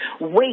Wait